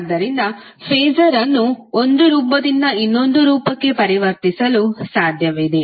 ಆದ್ದರಿಂದ ಫಾಸರ್ ಅನ್ನು ಒಂದು ರೂಪದಿಂದ ಇನ್ನೊಂದು ರೂಪಕ್ಕೆ ಪರಿವರ್ತಿಸಲು ಸಾಧ್ಯವಿದೆ